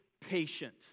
patient